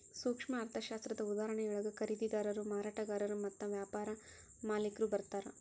ಸೂಕ್ಷ್ಮ ಅರ್ಥಶಾಸ್ತ್ರದ ಉದಾಹರಣೆಯೊಳಗ ಖರೇದಿದಾರರು ಮಾರಾಟಗಾರರು ಮತ್ತ ವ್ಯಾಪಾರ ಮಾಲಿಕ್ರು ಬರ್ತಾರಾ